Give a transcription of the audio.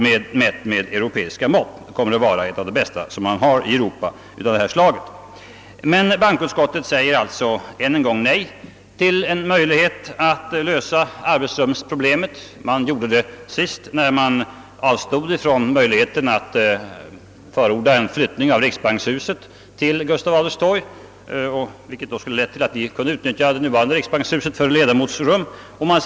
De kommer, säger man, att bli bland de bästa man har i Europa av detta slag. Bankoutskottet säger alltså än en gång nej till en möjlighet att lösa arbetsrumsproblemet — man gjorde det senast när man avstod från att förorda en flyttning av riksbanken till huset vid Gustav Adolfs torg, vilket skulle ha lett till att vi kunnat utnyttja det nuvarande Riksbankshuset för ledamotsrum.